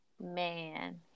man